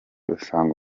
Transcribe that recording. usanga